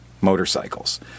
motorcycles